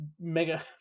mega